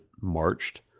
marched